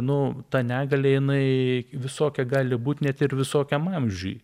nu ta negalia jinai visokia gali būt net ir visokiam amžiuj